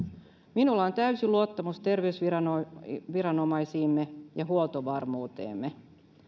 minulla on täysi luottamus terveysviranomaisiimme ja huoltovarmuutemme